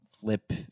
flip